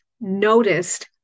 noticed